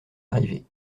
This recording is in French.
arrivé